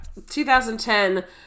2010